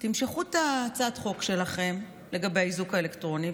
תמשכו את הצעת החוק שלכם לגבי האיזוק האלקטרוני,